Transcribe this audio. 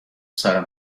سرم